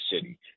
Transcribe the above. city